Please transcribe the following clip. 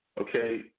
Okay